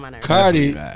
Cardi